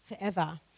forever